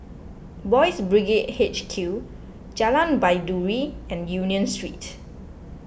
Boys' Brigade H Q Jalan Baiduri and Union Street